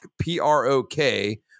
P-R-O-K